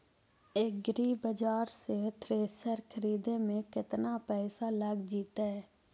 एग्रिबाजार से थ्रेसर खरिदे में केतना पैसा लग जितै?